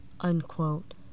unquote